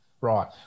Right